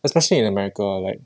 especially in america ah like